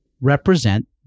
represent